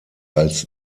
als